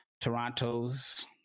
Toronto's